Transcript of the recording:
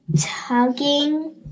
tugging